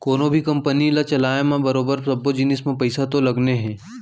कोनों भी कंपनी ल चलाय म बरोबर सब्बो जिनिस म तो पइसा लगने हे